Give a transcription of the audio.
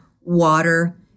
water